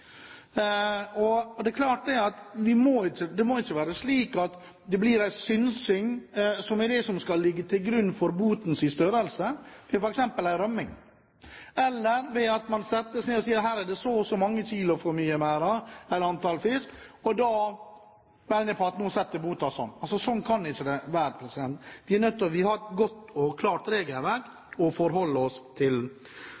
klart at det må ikke være slik at synsing er det som skal ligge til grunn for botens størrelse ved f.eks. en rømning, eller at man setter seg ned og sier: Her er det så og så mange kilo for mye i merden, eller antall fisk, og da mener vi at nå setter vi boten sånn. Sånn kan det ikke være, vi er nødt til å ha et godt og klart regelverk